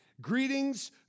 Greetings